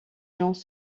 gens